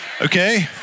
Okay